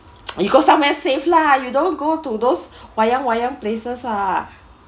you go somewhere safe lah you don't go to those wayang wayang places ah